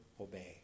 obey